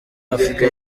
afurika